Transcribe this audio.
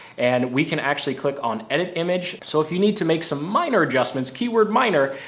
and we can actually click on edit image. so if you need to make some minor adjustments, keyword, minor,